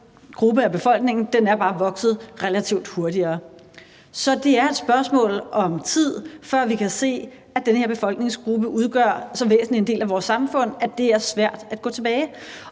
gruppe af befolkningen bare vokset relativt hurtigere. Så det er et spørgsmål om tid, før vi kan se, at den her befolkningsgruppe udgør så væsentlig en del af vores samfund, at det er svært at gå tilbage.